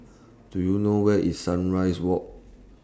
Do YOU know Where IS Sunrise Walk